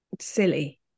silly